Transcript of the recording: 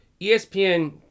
ESPN